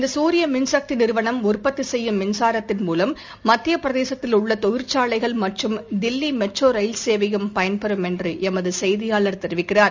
இந்த சூரிய மின்சக்தி நிறுவனம் உற்பத்தி செய்யும் மின்சாரத்தின் மூலம் மத்திய பிரதேசத்தில் உள்ள தொழிற்சாலைகள் மற்றும் தில்லி மெட்ரோ ரயில் சேவையும் பயன்பெறும் என்று எமது செய்தியாளர் தெரிவிக்கிறார்